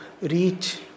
reach